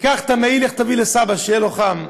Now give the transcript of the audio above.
קח את המעיל, לך תביא לסבא, שיהיה לו חם.